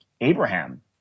abraham